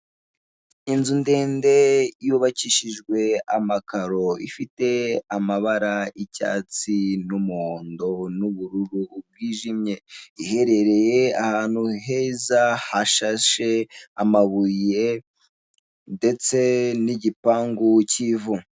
Inzu ndende yubakishijwe amakaro, ifite amabara y'icyatsi n'umuhondo n'ubururu bwijimye. Iherereye ahantu heza hashashe amabuye ndetse n'igipangu cy'ivu.